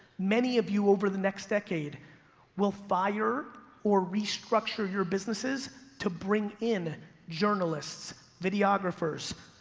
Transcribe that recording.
many of you over the next decade will fire or restructure your businesses to bring in journalists, videographers,